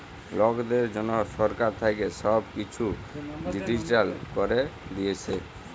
লকদের জনহ সরকার থাক্যে সব কিসু ডিজিটাল ক্যরে দিয়েসে